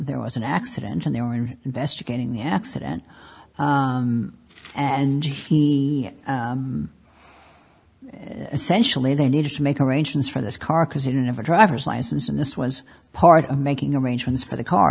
there was an accident and they were investigating the accident and he essentially they needed to make arrangements for this car because he didn't have a driver's license and this was part of making arrangements for the car